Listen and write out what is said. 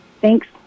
Thanks